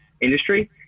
industry